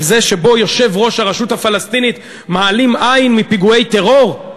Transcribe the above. על זה שבו יושב-ראש הרשות הפלסטינית מעלים עין מפיגועי טרור?